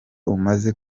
umaze